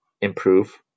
improve